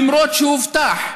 למרות שהובטח,